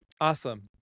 Awesome